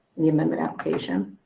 the amendment application.